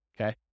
okay